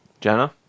Jenna